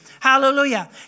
Hallelujah